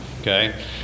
okay